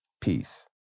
Peace